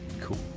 Cool